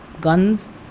guns